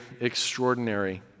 extraordinary